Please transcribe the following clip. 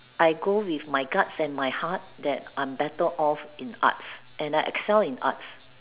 I go with my guts and my heart that I'm better off in arts and I excel in arts